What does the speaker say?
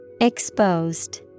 Exposed